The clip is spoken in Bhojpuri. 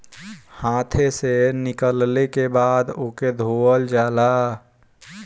हाथे से निकलले के बाद ओके धोवल जाला